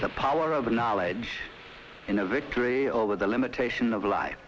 the power of the knowledge in a victory over the limitation of life